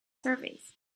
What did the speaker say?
surface